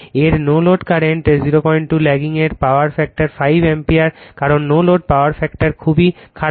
এর no load current 02 lagging এর power ফ্যাক্টরে 5 অ্যাম্পিয়ার কারণ নো লোড পাওয়ার ফ্যাক্টর খুবই খারাপ